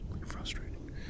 frustrating